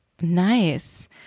Nice